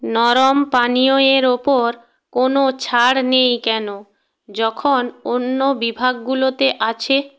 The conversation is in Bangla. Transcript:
নরম পানীয় এর ওপর কোনও ছাড় নেই কেন যখন অন্য বিভাগগুলোতে আছে